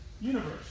universe